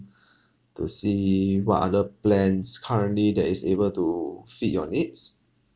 to see what other plans currently that is able to fit your needs